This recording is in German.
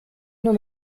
nur